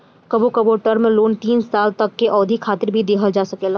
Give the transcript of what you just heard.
कबो कबो term loan तीस साल तक के अवधि खातिर भी दीहल जा सकेला